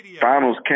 finals